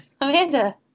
Amanda